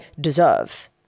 deserve